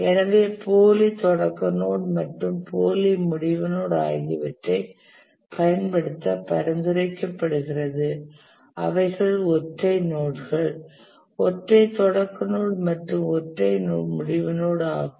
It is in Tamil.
எனவே போலி தொடக்க நோட் மற்றும் போலி முடிவு நோட் ஆகியவற்றைப் பயன்படுத்த பரிந்துரைக்கப்படுகிறது அவைகள் ஒற்றை நோட்கள் ஒற்றை தொடக்க நோட் மற்றும் ஒற்றை முடிவு நோட் ஆகும்